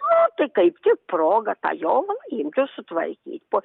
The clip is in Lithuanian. o tai kaip tik proga tą jovalą imt ir sutvarkyt po